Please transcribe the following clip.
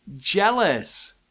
Jealous